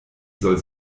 soll